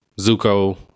Zuko